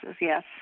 yes